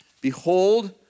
Behold